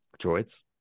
droids